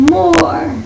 more